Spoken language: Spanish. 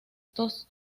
datos